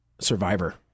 Survivor